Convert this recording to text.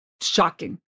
shocking